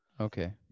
Okay